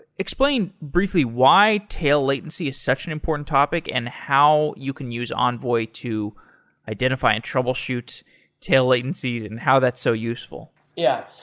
explain briefly why tail latency is such an important topic, and how you can use envoy to identify and troubleshoot tail latencies and how that's so useful. yeah.